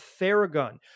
Theragun